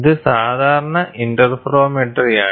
ഇത് സാധാരണ ഇന്റർഫെറോമെട്രിയാണ്